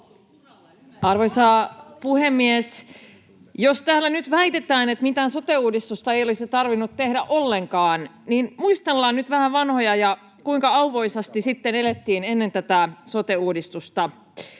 Arvoisa puhemies! Jos täällä nyt väitetään, että mitään sote-uudistusta ei olisi tarvinnut tehdä ollenkaan, niin muistellaan nyt vähän vanhoja ja kuinka auvoisasti elettiin ennen tätä sote-uudistusta.